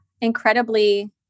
incredibly